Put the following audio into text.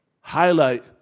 highlight